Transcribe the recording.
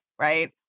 right